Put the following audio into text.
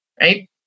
right